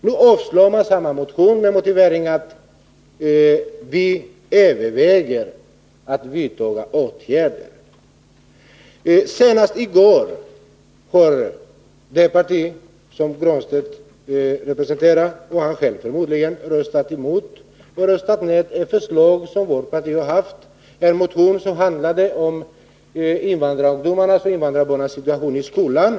Nu avstyrker utskottet samma motion med motiveringen att man ”överväger” att vidtaga åtgärder. Senast i går har det parti som Pär Granstedt representerar — och han själv förmodligen — röstat ned ett förslag från vårt parti, en motion som handlade om invandrarungdomarnas och invandrarbarnens situation i skolan.